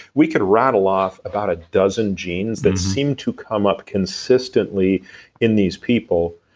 we could rattle off about a dozen genes that seem to come up consistently in these people.